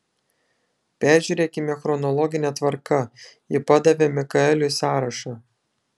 peržiūrėkime chronologine tvarka ji padavė mikaeliui sąrašą